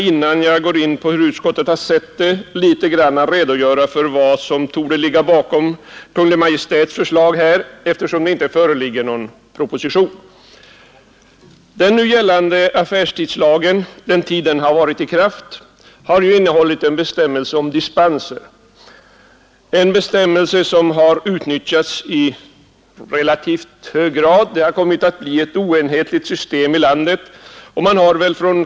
Innan jag går in på hur utskottet har sett på frågan vill jag gärna litet grand redogöra för vad som torde ligga bakom Kungl. Maj:ts förslag, eftersom det inte föreligger någon proposition. Den nu gällande affärstidslagen har under den tid den varit i kraft innehållit en bestämmelse om dispenser. Det är en bestämmelse som har utnyttjats i relativt hög grad — det har kommit att bli ett oenhetligt system i landet.